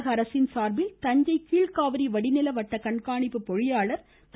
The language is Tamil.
தமிழக அரசின் சார்பில் தஞ்சை கீழ்காவிரி வடிநில வட்ட கண்காணிப்பு பொறியாளர் திரு